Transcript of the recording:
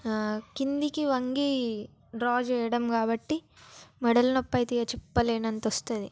కిందికి వంగి డ్రా చేయడం కాబట్టి మెడల నొప్పి అయితే చెప్పలేనంత వస్తుంది